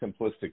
simplistic